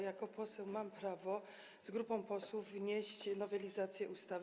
Jako poseł mam prawo z grupą posłów wnieść nowelizację ustawy.